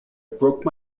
broke